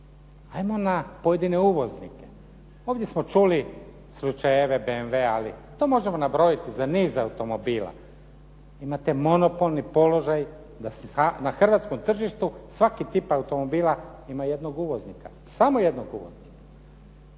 'Ajmo na pojedine uvoznike. Ovdje smo čuli slučajeve BMW-a to možemo nabrojiti za niz automobila. Imate monopolni položaj da se na hrvatskom tržištu svaki tip automobila ima jednog uvoznika, samo jednog uvoznika.